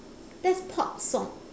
that's pop song